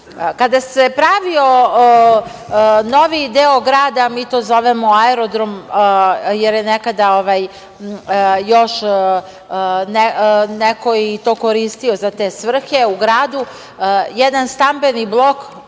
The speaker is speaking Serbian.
se pravio novi deo grada, mi to zovemo aerodrom, jer je nekada još neko to koristio za te svrhe u gradu, jedan stambeni blok,